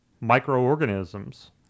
microorganisms